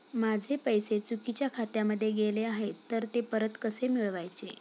माझे पैसे चुकीच्या खात्यामध्ये गेले आहेत तर ते परत कसे मिळवायचे?